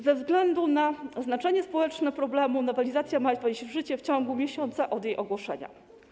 Ze względu na znaczenie społeczne problemu nowelizacja ma wejść w życie w ciągu miesiąca od jej ogłoszenia.